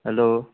hello